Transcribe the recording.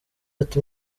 ati